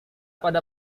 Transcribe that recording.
pada